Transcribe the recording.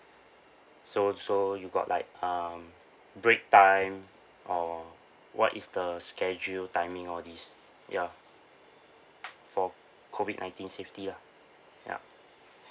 so so you got like um breaktime or what is the schedule timing all these ya for COVID nineteen safety lah ya